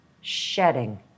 shedding